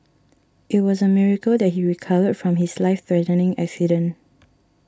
it was a miracle that he recovered from his life threatening accident